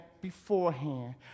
beforehand